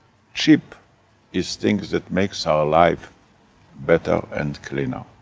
cheap is things that makes our live better and cleaner.